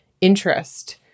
interest